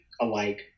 alike